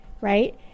right